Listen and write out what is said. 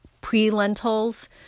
pre-lentils